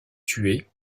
tué